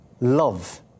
Love